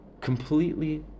completely